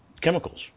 chemicals